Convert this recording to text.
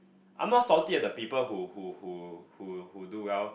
I'm not salty at the people who who who who who do well